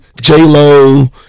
J-Lo